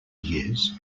years